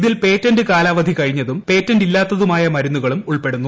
ഇതിൽ പേറ്റന്റ് കാലാവധി കഴിഞ്ഞതും പേറ്റന്റ് ഇല്ലാത്തതുമായ മരുന്നുകളും ഉൾപ്പെടുന്നു